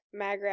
Magrat